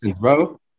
Bro